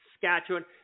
Saskatchewan